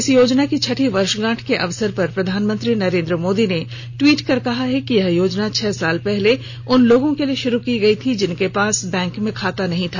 इस योजना की छठी वर्षगांठ के अवसर पर प्रधानमंत्री नरेन्द्र मोदी ने ट्वीट कर कहा है कि यह योजना छह साल पहले उन लोगों के लिए शुरू की गई थी जिनके पास बैंक में खाता नहीं था